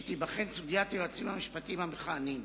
שתיבחן סוגיית היועצים המשפטיים המכהנים.